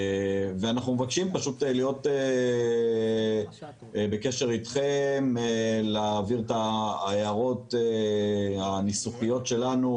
אנחנו מבקשים להיות בקשר איתכם ולהעביר את ההערות הניסוחיות שלנו,